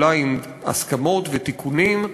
אולי עם הסכמות ותיקונים.